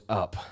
up